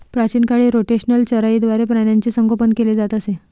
प्राचीन काळी रोटेशनल चराईद्वारे प्राण्यांचे संगोपन केले जात असे